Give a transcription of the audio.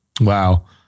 Wow